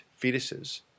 fetuses